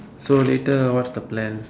so later what's the plan